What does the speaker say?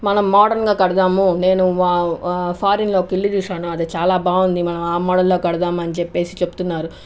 మనం మోడ్రన్ గా కడదాము నేను ఫారెన్ లో ఒక ఇల్లు చూశాను అది చాలా బాగుంది మనము ఆ మోడల్ లో కడదామని చెప్పేసి చెప్తున్నారు